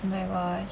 oh my gosh